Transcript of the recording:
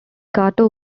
kato